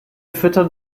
füttern